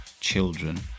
children